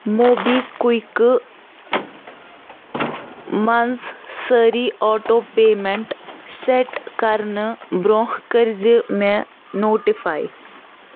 موبی کُوِکہٕ منٛز سٲری آٹوٗ پیمٮ۪نٛٹ سیٹ کَرنہٕ برٛونٛہہ کٔرۍ زِ مےٚ نوٹِفاے